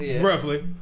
Roughly